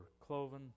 cloven